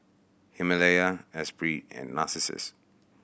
Himalaya Espirit and Narcissus